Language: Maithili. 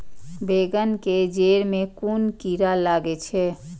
बेंगन के जेड़ में कुन कीरा लागे छै?